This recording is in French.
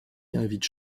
invite